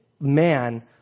man